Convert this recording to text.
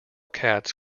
cats